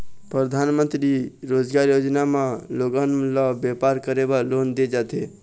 परधानमंतरी रोजगार योजना म लोगन ल बेपार करे बर लोन दे जाथे